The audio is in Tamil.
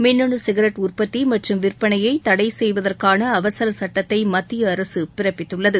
மின்னணு சிகரெட் உற்பத்தி மற்றும் விற்பனையை தடை செய்வதற்கான அவசர சட்டத்தை மத்திய அரசு பிறப்பித்துள்ளது